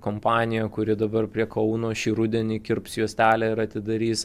kompanija kuri dabar prie kauno šį rudenį kirps juostelę ir atidarys